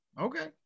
Okay